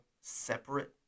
separate